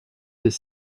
his